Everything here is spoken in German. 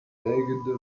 prägende